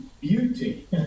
beauty